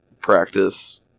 practice